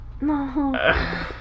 No